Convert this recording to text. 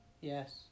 Yes